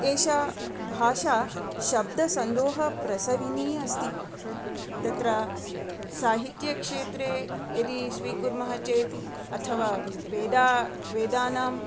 एषा भाषा शब्दसन्दोहप्रसविनी अस्ति तत्र साहित्यक्षेत्रे यदि स्वीकुर्मः चेत् अथवा वेद वेदानां